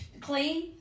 clean